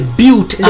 built